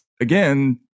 again